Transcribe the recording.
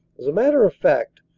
as a matter of fact,